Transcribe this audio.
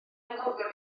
anghofio